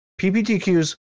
PPTQs